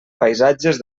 paisatges